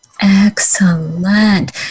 Excellent